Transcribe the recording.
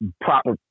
proper